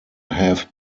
have